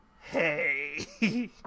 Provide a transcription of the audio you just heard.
hey